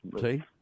See